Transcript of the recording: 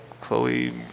Chloe